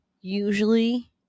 Usually